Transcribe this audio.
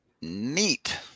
neat